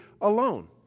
alone